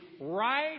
Right